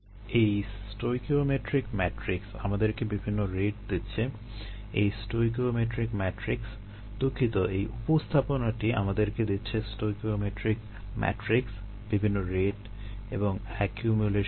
এই stoichiometric matrix আমাদেরকে বিভিন্ন রেট দিচ্ছে এই স্টয়কিওমেট্রিক ম্যাট্রিক্স দুঃখিত এই উপস্থাপনাটি আমাদেরকে দিচ্ছে স্টয়কিওমেট্রিক ম্যাট্রিক্স বিভিন্ন রেট এবং একিউমুলেশন রেট